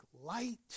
light